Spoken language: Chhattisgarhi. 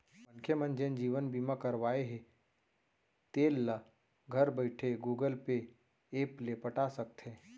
मनखे मन जेन जीवन बीमा करवाए हें तेल ल घर बइठे गुगल पे ऐप ले पटा सकथे